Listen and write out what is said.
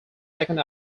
second